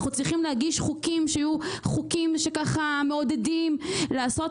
אנחנו צריכים להגיש חוקים שיעודדו לעשות,